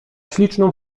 śliczną